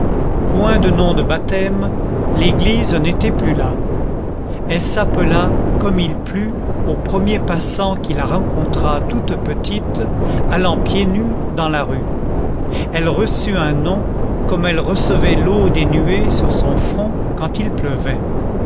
point de nom de baptême l'église n'était plus là elle s'appela comme il plut au premier passant qui la rencontra toute petite allant pieds nus dans la rue elle reçut un nom comme elle recevait l'eau des nuées sur son front quand il pleuvait